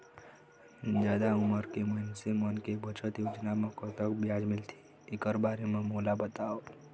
जादा उमर के मइनसे मन के बचत योजना म कतक ब्याज मिलथे एकर बारे म मोला बताव?